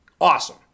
awesome